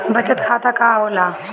बचत खाता का होला?